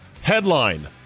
headline